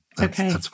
Okay